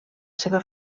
seva